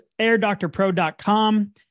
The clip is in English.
AirDoctorPro.com